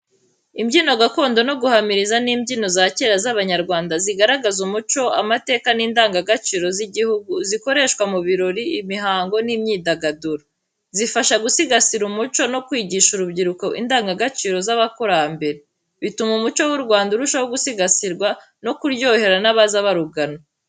Imbyino gakondo no guhamiriza ni imbyino za kera z'Abanyarwanda zigaragaza umuco, amateka n’indangagaciro z’igihugu, zikoreshwa mu birori, imihango n’imyidagaduro. Zifasha gusigasira umuco no kwigisha urubyiruko indangagaciro z’abakurambere. Bituma umuco w’u Rwanda urushaho gusigasirwa no kuryohera n'abaza barugana.